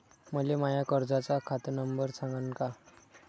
मले माया कर्जाचा खात नंबर सांगान का?